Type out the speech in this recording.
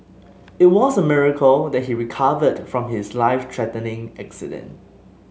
it was a miracle that he recovered from his life threatening accident